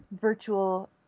virtual